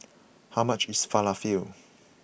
how much is Falafel